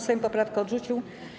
Sejm poprawkę odrzucił.